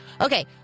Okay